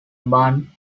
bun